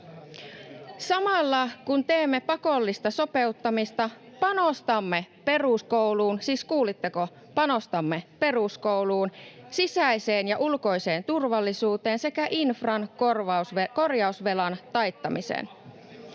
panostamme peruskouluun — siis kuulitteko, panostamme peruskouluun —, sisäiseen ja ulkoiseen turvallisuuteen sekä infran korjausvelan taittamiseen.